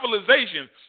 civilizations